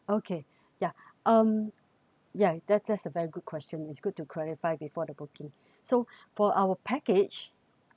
okay ya um ya that's that's a very good question it's good to clarify before the booking so for our package